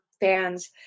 fans